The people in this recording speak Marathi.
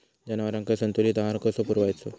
जनावरांका संतुलित आहार कसो पुरवायचो?